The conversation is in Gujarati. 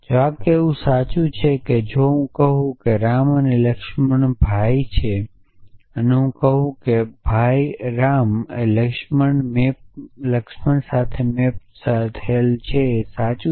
જો આ કહેવું સાચું છે કે જો હું કહું છું રામ અને લક્ષ્મણ ભાઈ છે અને હું કહું છું ભાઈ રામ લક્ષ્મણ મેપ સાચું છે